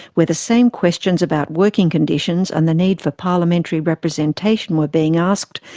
where the same questions about working conditions and the need for parliamentary representation were being asked,